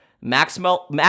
Maxwell